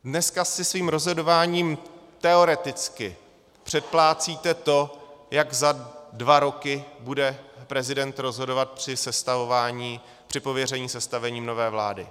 Dneska si svým rozhodováním teoreticky předplácíte to, jak za dva roky bude prezident rozhodovat při sestavování, při pověření sestavením nové vlády.